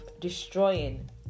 destroying